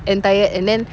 and tired and then